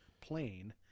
plane